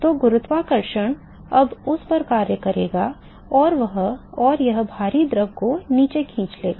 तो गुरुत्वाकर्षण अब उस पर कार्य करेगा और यह भारी द्रव को नीचे खींच लेगा